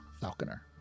Falconer